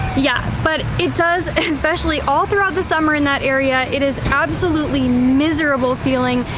yeah but it does especially all throughout the summer in that area, it is absolutely miserable feeling.